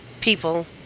people